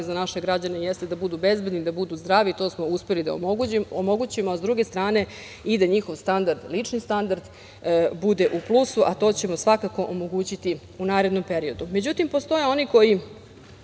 za naše građane jeste da budu bezbedni, da budu zdravi, to smo uspeli da omogućimo, a sa druge strane i da njihov standard, lični standard bude u plusu, a to ćemo svakako omogućiti u narednom periodu.Međutim, postoje oni koji